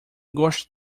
gosta